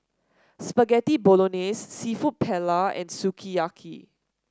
Spaghetti Bolognese seafood Paella and Sukiyaki